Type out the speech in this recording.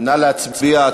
נא להצביע.